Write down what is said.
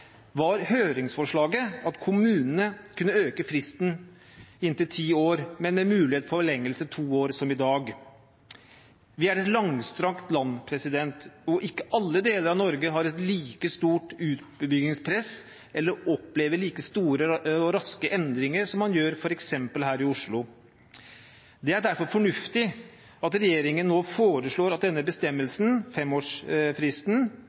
var høringsforslaget at kommunene kunne øke fristen til inntil ti år, men med mulighet for en forlengelse på to år, som i dag. Vi har et langstrakt land, og ikke alle deler av Norge har et like stort utbyggingspress eller opplever like store og raske endringer som man gjør f.eks. her i Oslo. Det er derfor fornuftig at regjeringen nå foreslår at denne